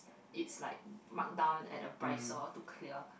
is like markdown at the price orh to clear